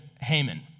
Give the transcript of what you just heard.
Haman